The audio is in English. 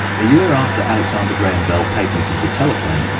a year after alexander graham bell patented the telephone,